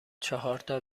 چهارتا